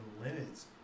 limits